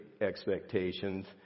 expectations